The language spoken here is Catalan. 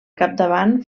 capdavant